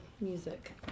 music